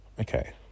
okay